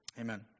Amen